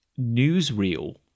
newsreel